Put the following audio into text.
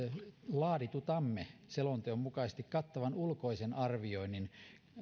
laaditutamme selonteon mukaisesti kattavan ulkoisen arvioinnin